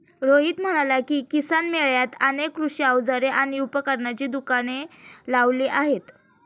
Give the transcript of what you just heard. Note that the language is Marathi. रोहित म्हणाला की, किसान मेळ्यात अनेक कृषी अवजारे आणि उपकरणांची दुकाने लावली आहेत